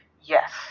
Yes